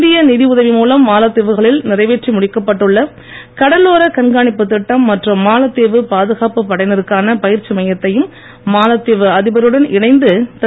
இந்திய நிதி உதவி மூலம் மாலத்தீவுகளில் நிறைவேற்றி முடிக்கப்பட்டு உள்ள கடலோரக் கண்காணிப்புத் திட்டம் மற்றும் மாலத்தீவு பாதுகாப்புப் படையிருக்கான பயிற்சி மையத்தையும் மாலத்தீவு அதிபருடன் இணைந்து திரு